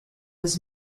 was